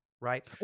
right